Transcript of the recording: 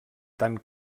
tant